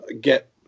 get